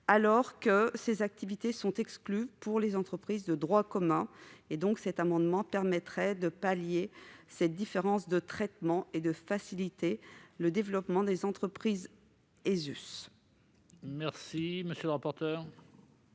alors que ces activités sont exclues pour les entreprises de droit commun. Cet amendement permet de pallier cette différence de traitement et de faciliter le développement des entreprises ESUS. Quel est l'avis de